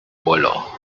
vuelo